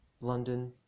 London